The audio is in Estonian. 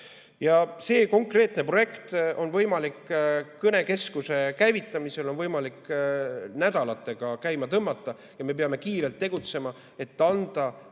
See konkreetne projekt on võimalik kõnekeskuse käivitamisel nädalatega käima tõmmata. Ja me peame kiirelt tegutsema, et anda